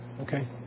Okay